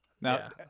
Now